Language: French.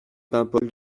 paimpol